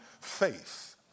faith